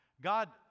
God